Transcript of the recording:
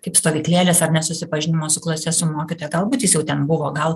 kaip stovyklėlės ar ne susipažinimo su klase su mokytoja galbūt jis jau ten buvo gal